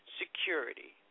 security